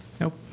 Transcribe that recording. Nope